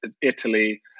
Italy